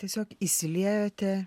tiesiog įsiliejote